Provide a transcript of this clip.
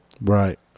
Right